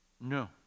no